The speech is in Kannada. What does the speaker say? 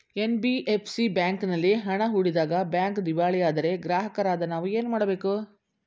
ಎನ್.ಬಿ.ಎಫ್.ಸಿ ಬ್ಯಾಂಕಿನಲ್ಲಿ ಹಣ ಹೂಡಿದಾಗ ಬ್ಯಾಂಕ್ ದಿವಾಳಿಯಾದರೆ ಗ್ರಾಹಕರಾದ ನಾವು ಏನು ಮಾಡಬೇಕು?